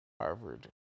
Harvard